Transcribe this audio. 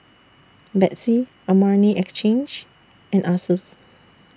Betsy Armani Exchange and Asus